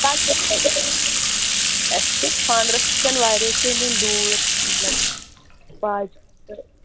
اَسہِ چھُ اَسہِ چھُ خانٛدٕرس خٲطرٕ واریاہ کیٚنٛہہ نِیُن دوٗر مطلب واجہِ تہٕ